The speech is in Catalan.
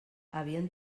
havien